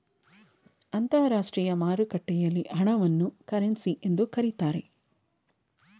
ಅಂತರಾಷ್ಟ್ರೀಯ ಮಾರುಕಟ್ಟೆಯಲ್ಲಿ ಹಣವನ್ನು ಕರೆನ್ಸಿ ಎಂದು ಕರೀತಾರೆ